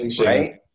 Right